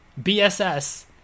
BSS